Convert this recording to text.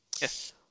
Yes